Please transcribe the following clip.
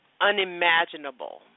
unimaginable